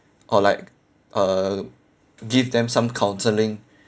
or like uh give them some counselling